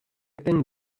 thin